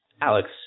Alex